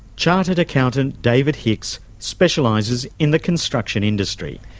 chartered accountant, david hicks, specialises in the construction industry.